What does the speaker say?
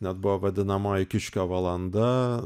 net buvo vadinamoji kiškio valanda